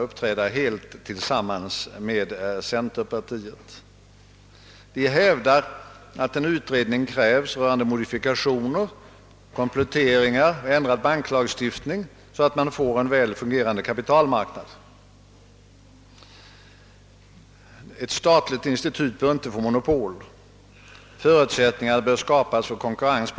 Folkpartiet har tillsammans med centerpartiet accepterat en av staten startad bank. Vi är beredda på att utvecklingen kan visa att det är lämpligt med ett delägarskap mellan stat och enskilda, men vi tar inte ställning till detta för närvarande.